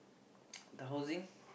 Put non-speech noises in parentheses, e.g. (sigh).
(noise) the housing